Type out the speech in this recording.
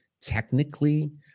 Technically